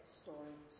stories